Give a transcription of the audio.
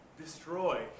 destroy